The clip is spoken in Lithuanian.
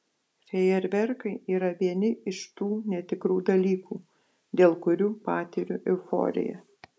fejerverkai yra vieni iš tų netikrų dalykų dėl kurių patiriu euforiją